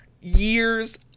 years